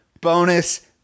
bonus